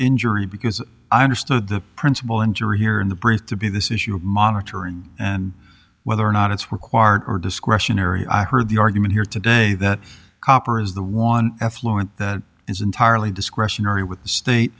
injury because i understood the principle injury here in the breath to be this issue of monitoring and whether or not it's required or discretionary i heard the argument here today that copper is the one effluent is entirely discretionary with the state